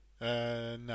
No